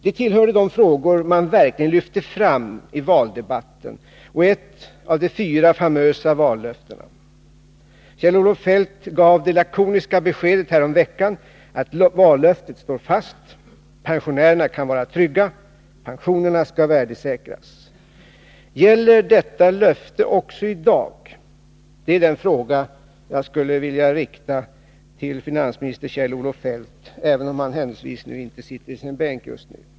Det tillhörde de frågor man verkligen lyfte fram i valdebatten och är ett av de fyra famösa vallöftena. Kjell-Olof Feldt gav häromveckan det lakoniska beskedet att vallöftet står fast. Pensionärerna kan vara trygga, pensionerna skall värdesäkras. Gäller detta löfte också i dag? Det är den fråga jag skulle vilja rikta till finansminister Kjell-Olof Feldt, även om han just nu händelsevis inte sitter i sin bänk.